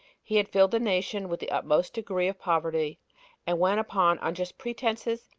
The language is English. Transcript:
he had filled the nation with the utmost degree of poverty and when, upon unjust pretenses,